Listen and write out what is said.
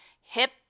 hip